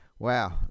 Wow